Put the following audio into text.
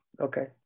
Okay